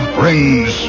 brings